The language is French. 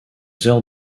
heures